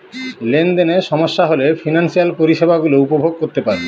লেনদেনে সমস্যা হলে ফিনান্সিয়াল পরিষেবা গুলো উপভোগ করতে পারবো